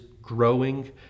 growing